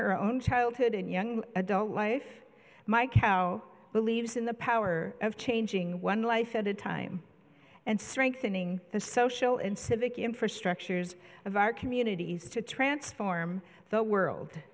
her own childhood and young adult life my cow believes in the power of changing one life at a time and strengthening the social and civic infrastructures of our communities to transform the world